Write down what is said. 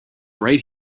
right